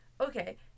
okay